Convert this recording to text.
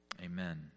Amen